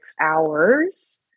hours